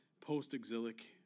post-exilic